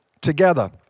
together